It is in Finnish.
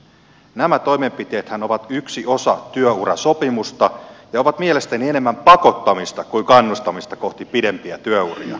nämä toimenpiteethän ovat yksi osa työurasopimusta ja ovat mielestäni enemmän pakottamista kuin kannustamista kohti pidempiä työuria